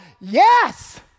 yes